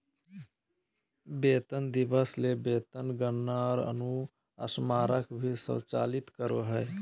वेतन दिवस ले वेतन गणना आर अनुस्मारक भी स्वचालित करो हइ